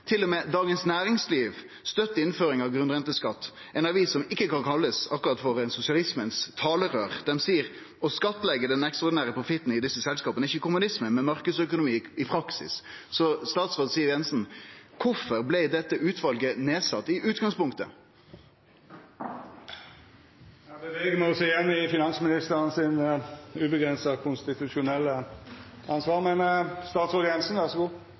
Dagens Næringsliv støttar innføring av grunnrenteskatt, ei avis som ikkje akkurat kan kallast eit sosialismens talerøyr. Dei seier at å skattleggje den ekstraordinære profitten i desse selskapa ikkje er kommunisme, men marknadsøkonomi i praksis. Så statsråd Siv Jensen: Kvifor blei dette utvalet sett ned i utgangspunktet? Her beveger me oss igjen inn i finansministeren sitt uavgrensa konstitusjonelle ansvar, men – statsråd Jensen, ver så god!